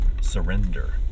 surrender